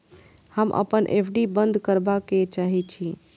हम अपन एफ.डी बंद करबा के चाहे छी